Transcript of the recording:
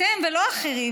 אתם ולא אחרים.